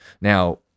Now